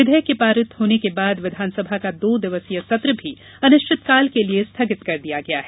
विधयेक के पारित होने के बाद विधानसभा का दो दिवसीय सत्र भी अनिश्चितकाल के लिए स्थगित कर दिया गया है